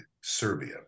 Serbia